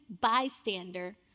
bystander